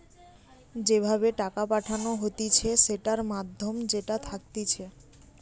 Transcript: যে ভাবে টাকা পাঠানো হতিছে সেটার মাধ্যম যেটা থাকতিছে